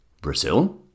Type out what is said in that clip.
Brazil